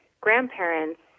grandparents